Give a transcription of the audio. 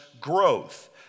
growth